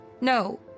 No